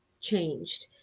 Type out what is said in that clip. changed